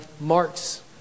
Mark's